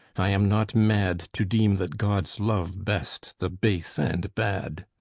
i am not mad, to deem that gods love best the base and bad.